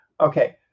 okay